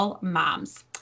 moms